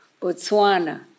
Botswana